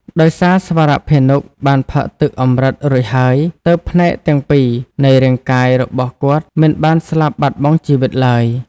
ដោយសារស្វរភានុបានផឹកទឹកអម្រឹតរួចហើយ ទើបផ្នែកទាំងពីរនៃរាងកាយរបស់គាត់មិនបានស្លាប់បាត់បង់ជីវិតឡើយ។